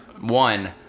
one